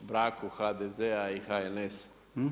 braku HDZ-a i HNS-a.